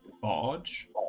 barge